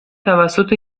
توسط